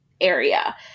area